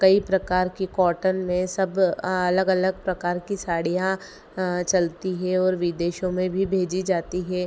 कई प्रकार की कॉटन में सब अलग अलग प्रकार की साड़ियाँ चलती हैं और विदेशों में भी भेजी जाती हैं